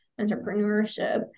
entrepreneurship